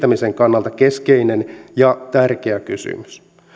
kehittämisen kannalta keskeinen ja tärkeä kysymys